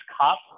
cop